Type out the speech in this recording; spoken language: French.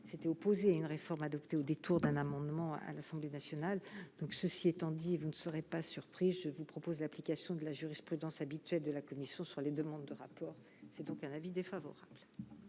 s'était opposé à une réforme adoptée au détour d'un amendement à l'Assemblée nationale, donc ceci étant dit, vous ne serait pas surpris, je vous propose l'application de la jurisprudence habituelle de la commission sur les demandes de rapport, c'est donc un avis défavorable.